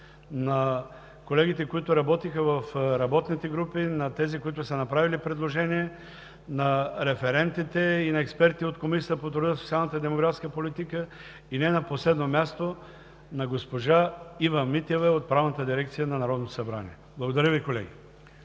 на колегите, които работиха в работните групи, на тези, които са направили предложения, на референтите и експертите от Комисията по труда, социалната и демографска политика, и не на последно място на госпожа Ива Митева от Правната дирекция на Народното събрание. Благодаря Ви, колеги.